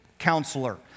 counselor